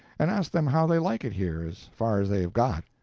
and ask them how they like it here, as far as they have got.